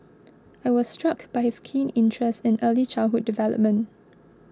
I was struck by his keen interest in early childhood development